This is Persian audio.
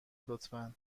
لطفا